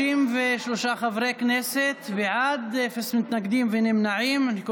33 חברי כנסת בעד, אין נמנעים, אין מתנגדים.